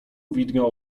widniał